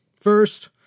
First